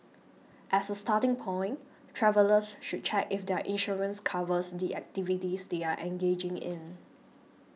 as a starting point travellers should check if their insurance covers the activities they are engaging in